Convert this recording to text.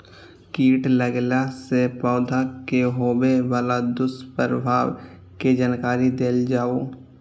कीट लगेला से पौधा के होबे वाला दुष्प्रभाव के जानकारी देल जाऊ?